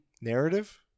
narrative